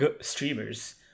streamers